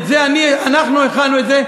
אנחנו הכנו את זה,